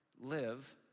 live